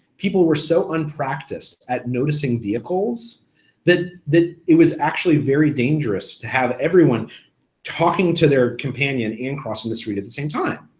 people were so unpracticed at noticing vehicles that that it was actually very dangerous to have everyone talking to their companion and crossing the street at the same time.